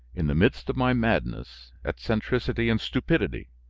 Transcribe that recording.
in the midst of my madness, eccentricity, and stupidity,